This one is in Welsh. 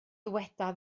dyweda